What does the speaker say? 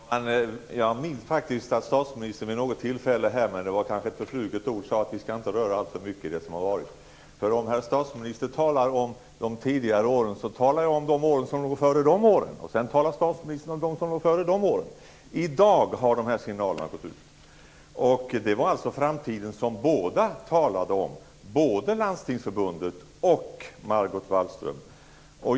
Fru talman! Jag minns faktiskt att statsministern vid något tillfälle sade här i kammaren - men det var kanske ett förfluget ord - att vi inte skall röra alltför mycket i det som har varit. Om statsministern talar om de tidigare åren så talar jag om de år som kom före de åren, och sedan talar statsministern om de år som kom före de åren. De här signalerna har gått ut i dag. Det var framtiden som båda talade om, både Landstingsförbundet och Margot Wallström.